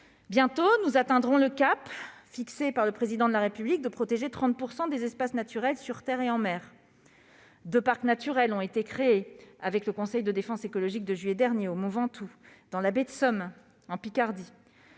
Bientôt, nous atteindrons l'objectif, fixé par le Président de la République, de protéger 30 % des espaces naturels sur terre et en mer. Deux parcs naturels ont été créés lors du conseil de défense écologique de juillet dernier, au mont Ventoux et dans la baie de Somme, en Picardie.